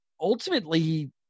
ultimately